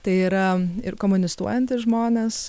tai yra ir komunistuojantys žmonės